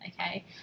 okay